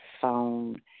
phone